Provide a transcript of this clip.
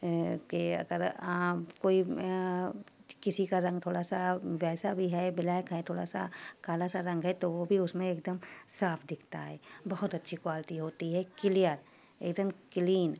کہ اگر آپ کوئی کسی کا رنگ تھوڑا سا ویسا بھی ہے بلیک ہے تھوڑا سا کالا سا رنگ ہے تو وہ بھی اس میں ایک دم صاف دکھتا ہے بہت اچھی کوالٹی ہوتی ہے کلیئر ایک دم کلین